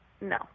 No